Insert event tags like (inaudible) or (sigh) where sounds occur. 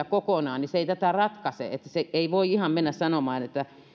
(unintelligible) kokonaan niin se ei tätä ratkaisisi ei voi ihan mennä sanomaan että